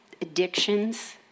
addictions